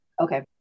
Okay